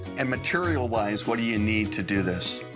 and material wise, what do you need to do this?